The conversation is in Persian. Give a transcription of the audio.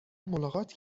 ملاقات